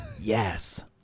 Yes